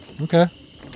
Okay